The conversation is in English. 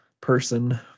person